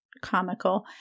comical